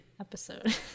episode